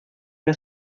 era